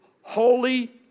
holy